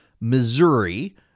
Missouri